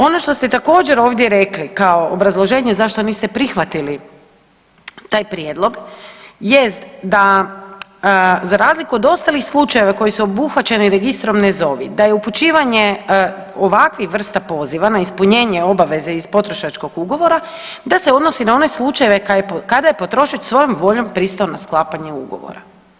Ono što ste također ovdje rekli kao obrazloženje zašto niste prihvatili taj prijedlog jest da za razliku od ostalih slučajeva koji su obuhvaćeni registrom ne zovi, da je upućivanje ovakvih vrsta poziva na ispunjenje obaveze iz potrošačkog ugovora da se odnosi na one slučajeve kada je potrošač svojom voljom pristao na sklapanje ugovora.